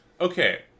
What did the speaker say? Okay